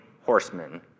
horsemen